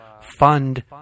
fund